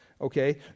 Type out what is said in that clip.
okay